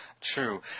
true